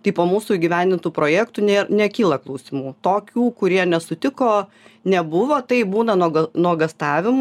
tai po mūsų įgyvendintų projektų nė nekyla klausimų tokių kurie nesutiko nebuvo taip būna nuoga nuogąstavimų